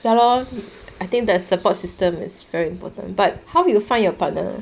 ya lor I think the support system is very important but how you find your partner